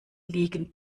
liegen